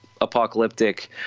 Apocalyptic